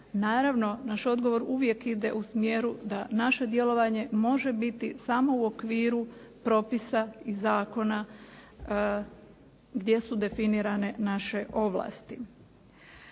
naravno naš odgovor uvijek ide u smjeru da naše djelovanje može biti samo u okviru propisa i zakona gdje su definirane naše ovlasti.